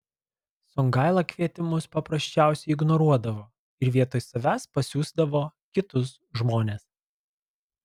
songaila kvietimus paprasčiausiai ignoruodavo ir vietoj savęs pasiųsdavo kitus žmones